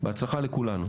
בהצלחה לכולנו.